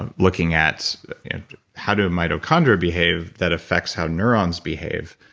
and looking at how do mitochondria behave that affects how neurons behave,